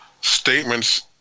statements